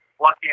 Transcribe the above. lucky